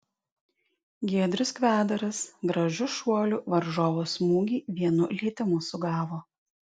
giedrius kvedaras gražiu šuoliu varžovo smūgį vienu lietimu sugavo